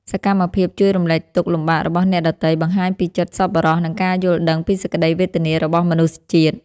សកម្មភាពជួយរំលែកទុក្ខលំបាករបស់អ្នកដទៃ បង្ហាញពីចិត្តសប្បុរសនិងការយល់ដឹងពីសេចក្តីវេទនារបស់មនុស្សជាតិ។